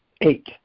eight